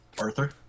Arthur